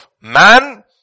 man